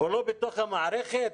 הוא לא בתוך המערכת?